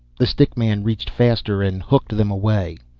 the stick man reached faster and hooked them away.